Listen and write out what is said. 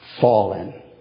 fallen